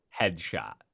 Headshot